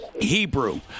Hebrew